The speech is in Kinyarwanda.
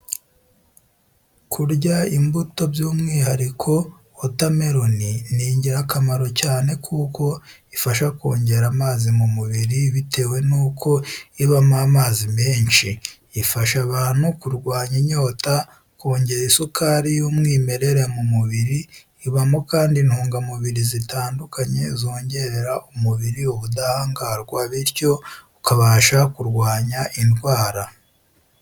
Kurya imbuto by'umwihariko wota meloni ni ingirakamaro cyane kuko ifasha kongera amazi mu mubiri bitewe n'uko ibamo amazi menshi, ifasha abantu kurwanya inyota, kongera isukari y'umwimerere mu mubiri, ibamo kandi intungamubiri zitandukanye zongerera umubiriri ubudahangarwa bityo ukabasha kurwanya indwara.